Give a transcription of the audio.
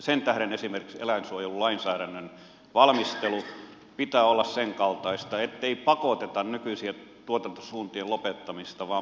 sen tähden esimerkiksi eläinsuojelulainsäädännön valmistelun pitää olla senkaltaista ettei pakoteta nykyisiä tuotantosuuntia lopettamaan vaan mahdollistetaan